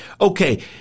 okay